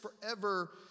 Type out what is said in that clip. forever